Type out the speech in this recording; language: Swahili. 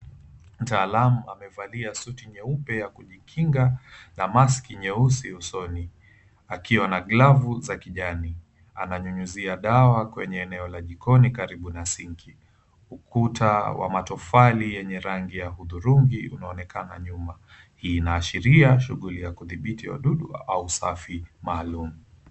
Mtaalamu amevalia suti nyeupe ya kujikinga na mask nyeusi usoni, akiwa na glavu za kijani. Ananyunyizia dawa kwenye eneo la jikoni karibu na sinki. Ukuta wa matofali y enye rangi ya hudhurungi unaonekana nyuma. Inaashiria shughuli ya kudhibiti wadudu au usafi maalum.